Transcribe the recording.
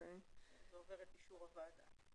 זה עובר את אישור הוועדה.